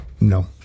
No